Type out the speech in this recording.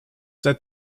that